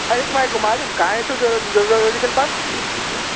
ارے تمہارے کو معلوم کہاں ہے زولوجیکل پارک